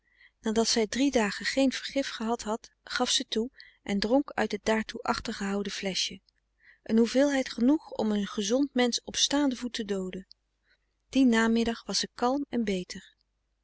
nadat zij drie dagen geen vergif gehad had gaf ze toe en dronk uit het daartoe achtergehouden fleschje een hoeveelheid genoeg om een gezond mensch op staanden voet te dooden dien namiddag was ze kalm en beter